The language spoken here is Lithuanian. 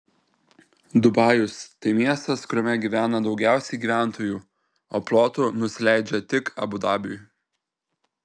dubajus tai miestas kuriame gyvena daugiausiai gyventojų o plotu nusileidžia tik abu dabiui